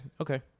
Okay